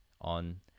on